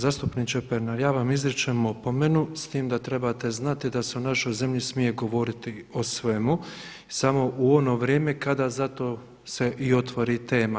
Zastupniče Pernar ja vam izričem opomenu, s tim da trebate znati da se u našoj zemlji smije govoriti o svemu, samo u ono vrijeme kada zato se i otvori tema.